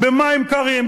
במים קרים,